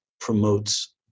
promotes